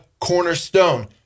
cornerstone